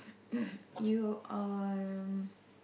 you are